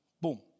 boom